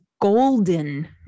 golden